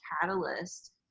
catalyst